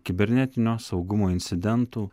kibernetinio saugumo incidentų